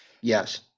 Yes